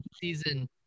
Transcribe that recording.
season